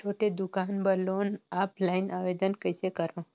छोटे दुकान बर लोन ऑफलाइन आवेदन कइसे करो?